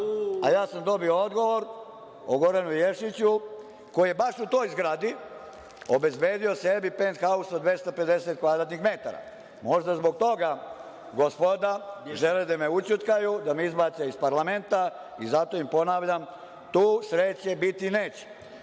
sam dobio odgovor o Goranu Ješiću, koji je baš u toj zgradi obezbedio sebi penthaus od 250 kvadratnih metara. Možda gospoda žele da me ućutkaju, da me izbace iz parlamenta i zato im ponavljam, tu sreće biti neće. Što